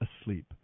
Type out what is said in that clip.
asleep